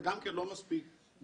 וגם כן לא מספיק בעיניי.